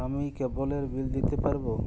আমি কেবলের বিল দিতে পারবো?